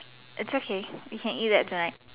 it's okay we can eat that tonight